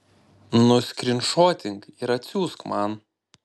nuskrynšotink ir atsiųsk man